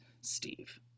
Steve